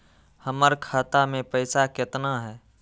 हमर खाता मे पैसा केतना है?